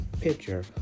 picture